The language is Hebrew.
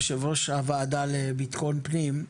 יושב-ראש הוועדה לביטחון פנים.